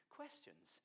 questions